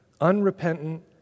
unrepentant